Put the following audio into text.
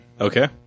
Okay